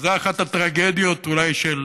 וזו אחת הטרגדיות, אולי, של